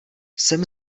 jsem